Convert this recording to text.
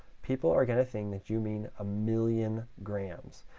people are going to think that you mean a million grams,